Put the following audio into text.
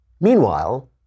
Meanwhile